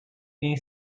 knee